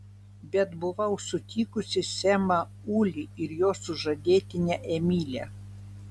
bet buvau sutikusi semą ulį ir jo sužadėtinę emilę